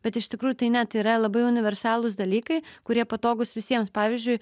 bet iš tikrųjų tai net yra labai universalūs dalykai kurie patogūs visiems pavyzdžiui